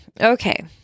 Okay